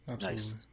Nice